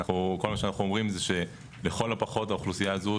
כל מה שאנחנו אומרים זה שלכל הפחות האוכלוסייה הזו,